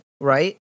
right